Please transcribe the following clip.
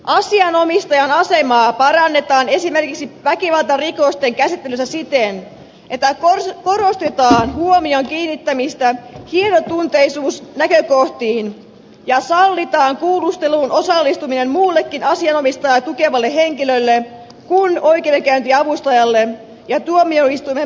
asianomistajan asemaa parannetaan esimerkiksi väkivaltarikosten käsittelyssä siten että korostetaan huomion kiinnittämistä hienotunteisuusnäkökohtiin ja sallitaan kuulusteluun osallistuminen muullekin asianomistajaa tukevalle henkilölle kuin oikeudenkäyntiavustajalle ja tuomioistuimen määräämälle tukihenkilölle